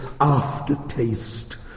aftertaste